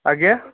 ଆଜ୍ଞା